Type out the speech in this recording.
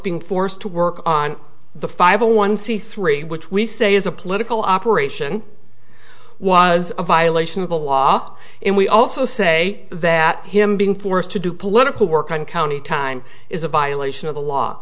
being forced to work on the five a one c three which we say is a political operation was a violation of the law and we also say that him being forced to do political work on county time is a violation of the law